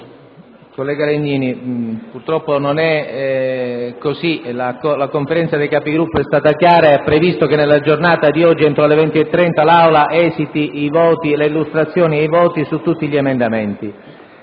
Collega Legnini, purtroppo non è così. La Conferenza dei Capigruppo è stata chiara e ha previsto che nella giornata di oggi, entro le ore 20,30, l'Aula esiti le illustrazioni e i voti su tutti gli emendamenti.